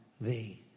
thee